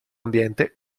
ambiente